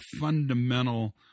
fundamental